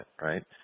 right